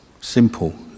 simple